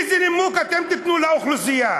איזה נימוק אתם תיתנו לאוכלוסייה?